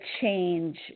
change